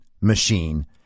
machine